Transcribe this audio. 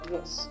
Yes